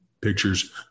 pictures